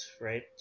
right